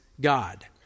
God